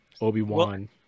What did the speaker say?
obi-wan